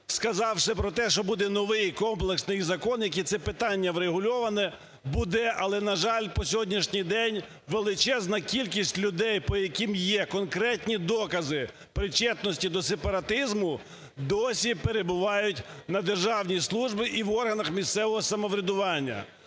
сказавши про те, що буде новий комплексний закон, який… це питання врегульоване буде, але, на жаль, по сьогоднішній день величезна кількість людей, по яким є конкретні докази причетності до сепаратизму, досі перебувають на державній службі і в органах місцевого самоврядування.